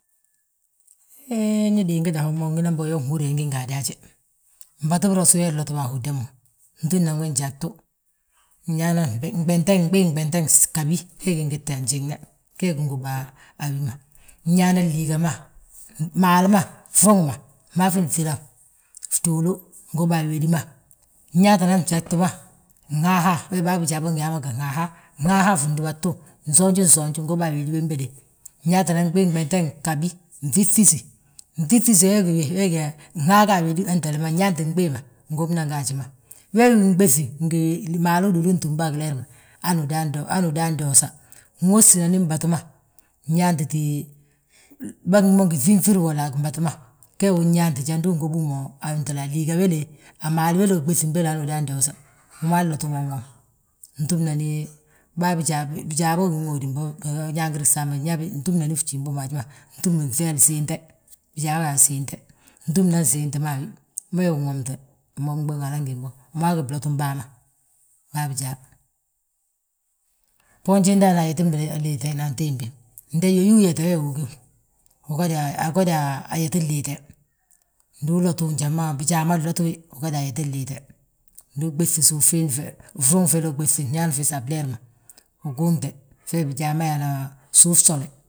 He ñe gina bo uyaa nhúre nga adaaje, mbatu biros he nlot bo a hódi ma. Ntúwi njagtu, nɓii gbinteŋ ghabi gee gi ngita a njiŋne, gee gi ngóba a gima. Nñaana, liigama, maalu ma, fruŋ ma fmaafi nfinaw, fduulu ngóba a wédi ma, nñaatinan gjagtu ma, nhaha, ge bâa bijaa ma ngi yaa ma ginhaha, nhaha fi fndúbatu usoonji usoonj ngóba a wédi wénbele. Nyaatina gbii gbinten ghabi, nfifisi, nfifisi we gí wi, wee gí yaa nhaaga a wédi, wéntele nyaanti gbii ma ngóbnan gaaji ma. Wee wi nɓéŧi ngi maalu uduulu ntúm be a gileer ma, hanu udan doosa. Wústinan mbatu ma, nyaantiti, bângi gí mo ngi fifir wolla a batu ma, njandi ugóbi wi mo a maalu, aliiga a maalu wéle uɓéŧi béle, hanu udaan doosa, wima loti mo, ntúnani, bijaa bég ba ŋóodi mbo biñangiri bsaanti ma. Ntúnani fjimbo ma haji ma, ntúm nŧeel nsiinte, bijaa ma yaa nsiinte, ntúnan nsiinti ma a wi, wee wi nŋote mbom ɓiŋ, mma bgí blotim bâa ma, bâ bijaa ma. Bboonji ndaani, ayeti liitina antiimbi, nde yóyi yeti wee wi, wi gíw, ugada ayeti liite, ndu uloti wi njali ma bijaa ma nloti wi, ugada ayetin liite. Ndu uɓéŧi suuf fiindi fe, fruŋi féle uɓéŧi gnñaani fis a bleer ma, uguuŋte fe bijaa ma yaana suuf fsole.